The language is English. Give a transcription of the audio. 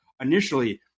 initially